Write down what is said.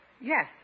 Yes